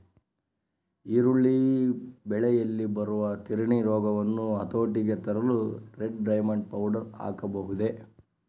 ಈರುಳ್ಳಿ ಬೆಳೆಯಲ್ಲಿ ಬರುವ ತಿರಣಿ ರೋಗವನ್ನು ಹತೋಟಿಗೆ ತರಲು ರೆಡ್ ಡೈಮಂಡ್ ಪೌಡರ್ ಹಾಕಬಹುದೇ?